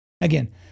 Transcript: Again